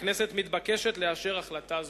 הכנסת מתבקשת לאשר החלטה זו.